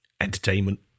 Entertainment